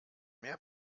mehr